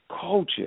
Culture